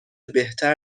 بهتر